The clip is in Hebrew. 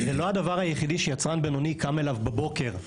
זה לא הדבר היחידי שיצרן בינוני קם אליו בבוקר,